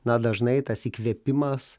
na dažnai tas įkvėpimas